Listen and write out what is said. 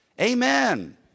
Amen